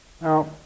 Now